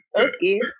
okay